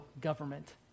government